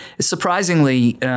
Surprisingly